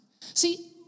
See